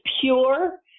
pure